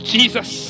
Jesus